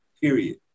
period